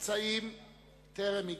הפצעים טרם הגלידו,